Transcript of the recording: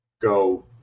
go